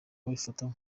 babifata